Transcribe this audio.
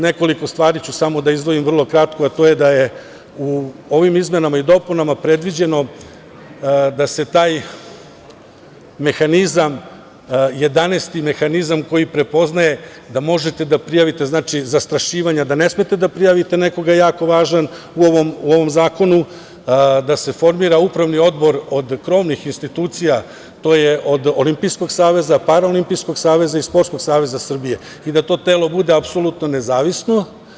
Nekoliko stvari ću samo da izdvojim, vrlo kratko, a to je da je u ovim izmenama i dopunama predviđeno da se taj mehanizam, jedanaesti mehanizam koji prepoznaje da možete da prijavite zastrašivanje, da ne smete da prijavite nekoga, jako važan u ovom zakonu, da se formira upravni odbor od krovnih institucija, to je od Olimpijskog saveza, Paraolimpijskog saveza i Sportskog saveza Srbije i da to telo bude apsolutno nezavisno.